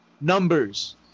numbers